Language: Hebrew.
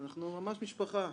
אנחנו ממש משפחה,